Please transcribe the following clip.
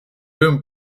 boom